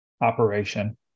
operation